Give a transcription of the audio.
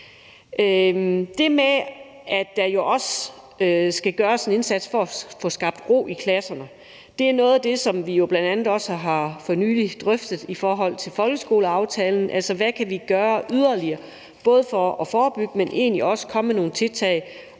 Det med, at der også skal gøres en indsats for at få skabt ro i klasserne, er jo bl.a. også noget af det, som vi for nylig har drøftet i forhold til folkeskoleaftalen, altså hvad vi yderligere kan gøre for både at forebygge, men også at komme med nogle tiltag